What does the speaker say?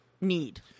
need